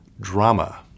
Drama